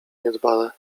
niedbale